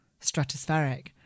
stratospheric